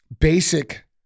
basic